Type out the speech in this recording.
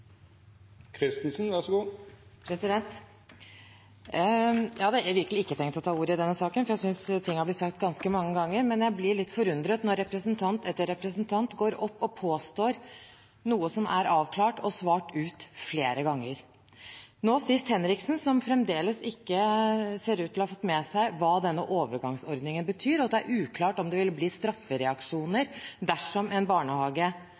virkelig ikke tenkt å ta ordet i denne saken, for jeg synes at ting har blitt sagt ganske mange ganger. Men jeg blir litt forundret når representant etter representant går opp og påstår noe som er avklart og svart ut flere ganger. Nå sist var det Henriksen, som fremdeles ikke ser ut til å ha fått med seg hva denne overgangsordningen betyr, og sier at det er uklart om det vil bli straffereaksjoner dersom en barnehage